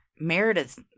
Meredith